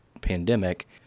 pandemic